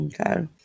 okay